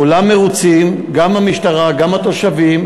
כולם מרוצים, גם המשטרה וגם התושבים.